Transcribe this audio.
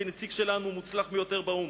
כנציג המוצלח ביותר שלנו באו"ם.